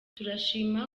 turashima